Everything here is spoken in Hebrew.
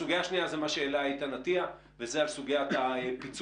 הסוגיה השנייה היא מה שהעלה איתן אטיה וזו סוגיית הפיצוי